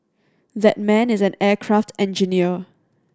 that man is an aircraft engineer